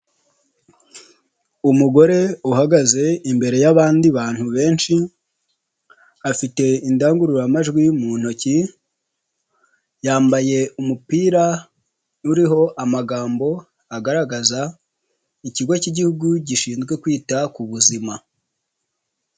Umugore uhagaze imbere y'abandi bantu benshi afite indangururamajwi mu ntoki, yambaye umupira uriho amagambo agaragaza ikigo cy'Igihugu gishinzwe kwita ku buzima.